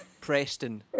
Preston